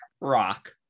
Rock